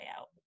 out